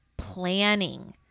planning